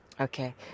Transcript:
Okay